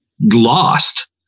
lost